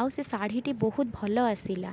ଆଉ ସେ ଶାଢ଼ୀଟି ବହୁତ ଭଲ ଆସିଲା